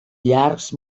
llargs